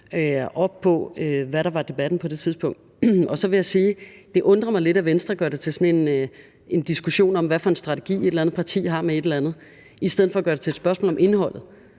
op på, hvordan debatten var på det tidspunkt. Så vil jeg sige, at det undrer mig lidt, at Venstre gør det til en diskussion om, hvad for en strategi et eller andet parti har i forbindelse med et eller andet, i stedet for at gøre det til et spørgsmål om indholdet.